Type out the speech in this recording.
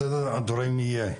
סדר הדברים יהיה,